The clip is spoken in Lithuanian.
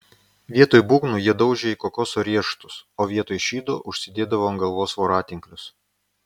vietoj būgnų jie daužė į kokoso riešutus o vietoj šydo užsidėdavo ant galvos voratinklius